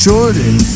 Jordan